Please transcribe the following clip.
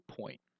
point